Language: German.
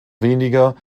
weniger